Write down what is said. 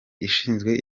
ishinzwe